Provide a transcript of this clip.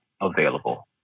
available